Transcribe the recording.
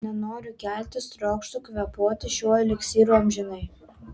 nenoriu keltis trokštu kvėpuoti šiuo eliksyru amžinai